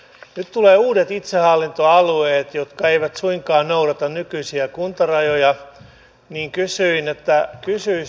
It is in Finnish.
nyt tulee uudet itsehallintoalueet jotka eivät suinkaan noudata nykyisiä kuntarajoja joten kysyisin